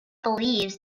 believes